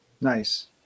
Nice